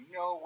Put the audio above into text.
no